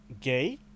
gay